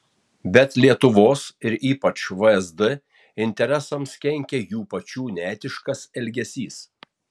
bet lietuvos ir ypač vsd interesams kenkia jų pačių neetiškas elgesys